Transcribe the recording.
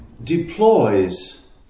Deploys